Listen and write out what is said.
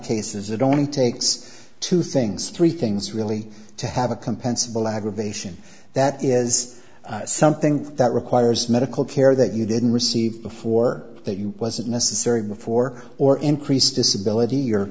cases it only takes two things three things really to have a compensable aggravation that is something that requires medical care that you didn't receive before that you wasn't necessary before or increased disability